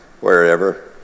wherever